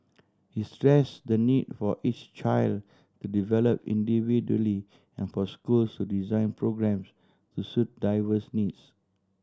he stress the need for each child to develop individually and for schools to design programmes to suit diverse needs